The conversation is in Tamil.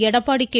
எடப்பாடி கே